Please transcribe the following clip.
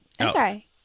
Okay